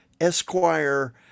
Esquire